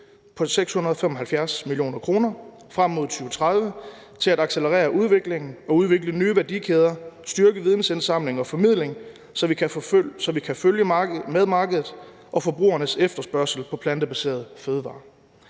på 675 mio. kr. frem mod 2030 til at accelerere udviklingen og udvikle nye værdikæder samt styrke vidensindsamling og formidling, så vi kan følge med markedet og forbrugernes efterspørgsel efter plantebaserede fødevarer.